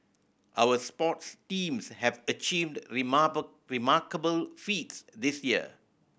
our sports teams have achieved remarkable feats this year